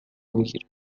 میگیره